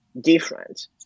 different